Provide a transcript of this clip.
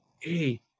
Hey